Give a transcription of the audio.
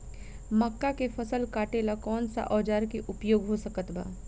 मक्का के फसल कटेला कौन सा औजार के उपयोग हो सकत बा?